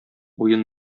уен